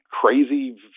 crazy